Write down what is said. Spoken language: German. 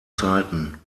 zeiten